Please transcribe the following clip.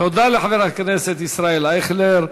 תודה לחבר הכנסת ישראל אייכלר.